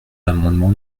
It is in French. l’amendement